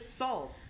salt